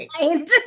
mind